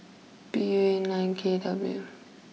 P U A nine K W